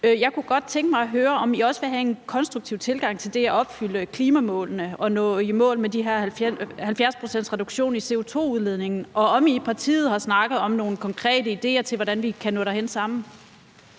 Jeg kunne godt tænke mig at høre, om I også vil have en konstruktiv tilgang til det at opfylde klimamålene og nå i mål med den her reduktion på 70 pct. i CO2-udledningen, og om I i partiet har snakket om nogle konkrete idéer til, hvordan vi kan nå derhen sammen.